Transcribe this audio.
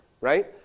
right